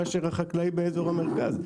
מאשר החקלאי באזור המרכז.